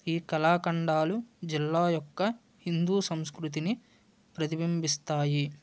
ఈ కళాఖండాలు జిల్లా యొక్క హిందూ సంస్కృతిని ప్రతిబింబిస్తాయి